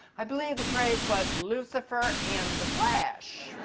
i believe the phrase was lucifer in the flesh.